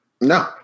No